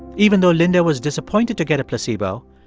even though linda was disappointed to get a placebo,